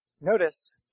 Notice